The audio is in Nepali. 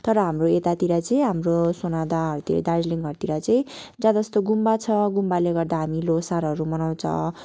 तर हाम्रो यतातिर चाहिँ हाम्रो सोनादाहरूतिर दार्जिलिङहरूतिर चाहिँ ज्यादा जस्तो गुम्बा छ गुम्बाले गर्दा हामी ल्होसारहरू मनाउँछ